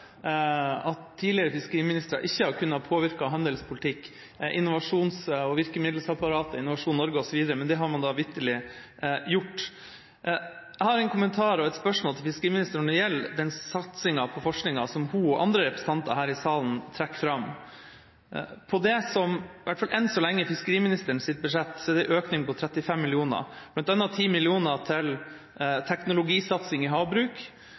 at tidligere fiskeriministre ikke har kunnet påvirke handelspolitikken, innovasjons- og virkemiddelapparatet Innovasjon Norge, osv. Men det har man da vitterlig gjort. Jeg har en kommentar og et spørsmål til fiskeriministeren når det gjelder den satsinga på forskning som hun og andre representanter her i salen trekker fram. På det som i hvert fall enn så lenge er fiskeriministerens budsjett, er det en økning på 35 mill. kr, bl.a. 10 mill. kr til teknologisatsing i havbruk.